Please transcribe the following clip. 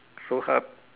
so hard